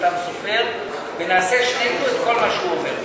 סופר ונעשה שנינו את כל מה שהוא אומר,